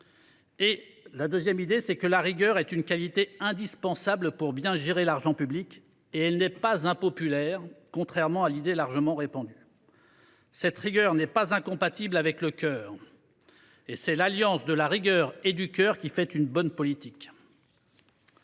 deuxièmement, que la rigueur est une qualité indispensable pour bien gérer l’argent public et qu’elle n’est pas impopulaire, contrairement à une idée largement répandue. Cette rigueur n’est pas incompatible avec le cœur. C’est l’alliance de la rigueur et du cœur qui fait une bonne politique.